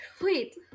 Wait